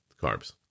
carbs